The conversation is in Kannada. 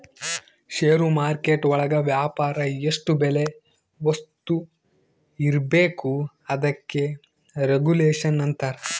ಷೇರು ಮಾರ್ಕೆಟ್ ಒಳಗ ವ್ಯಾಪಾರ ಎಷ್ಟ್ ಬೆಲೆ ವಸ್ತು ಇರ್ಬೇಕು ಅದಕ್ಕೆ ರೆಗುಲೇಷನ್ ಅಂತರ